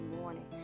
morning